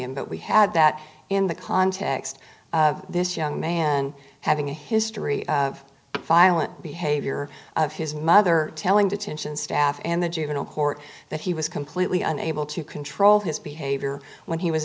him but we had that in the context of this young man having a history of violent behavior of his mother telling detention staff and the juvenile court that he was completely unable to control his behavior when he was